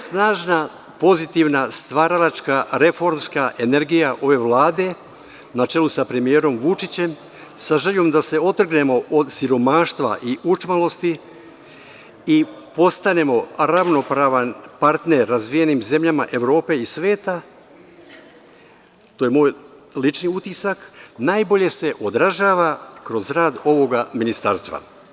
Snažna, pozitivna, stvaralačka, reformska energija ove Vlade, na čelu sa premijerom Vučićem, sa željom da se otrgnemo od siromaštva i učmalosti i postanemo ravnopravan partner razvijenim zemljama Evrope i sveta, to je moj lični utisak, najbolje se odražava kroz rad ovog ministarstva.